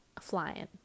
flying